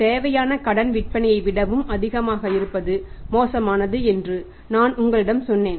தேவையான கடன் விற்பனையை விடவும் அதிகமாக இருப்பது மோசமானது என்று நான் உங்களிடம் சொன்னேன்